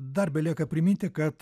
dar belieka priminti kad